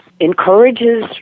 encourages